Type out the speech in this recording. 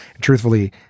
Truthfully